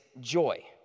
joy